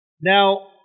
Now